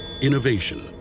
Innovation